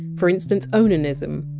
for instance onanism,